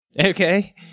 Okay